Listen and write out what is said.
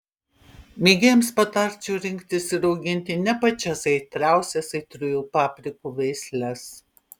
mėgėjams patarčiau rinktis ir auginti ne pačias aitriausias aitriųjų paprikų veisles